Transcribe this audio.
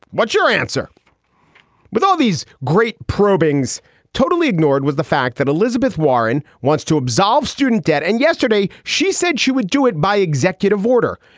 what's your answer with all these great probing is totally ignored was the fact that elizabeth warren wants to absolve student debt. and yesterday she said she would do it by executive order.